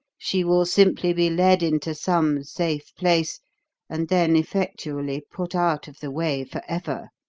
she will simply be led into some safe place and then effectually put out of the way for ever.